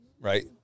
right